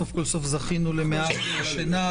סוף-סוף זכינו למעט שינה,